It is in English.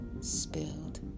spilled